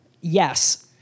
yes